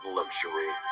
luxury